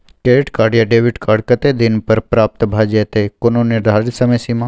Credit या debit card कत्ते दिन म प्राप्त भ जेतै, कोनो निर्धारित समय सीमा?